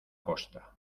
costa